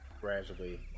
gradually